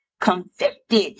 convicted